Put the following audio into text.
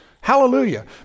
Hallelujah